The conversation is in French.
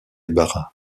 bara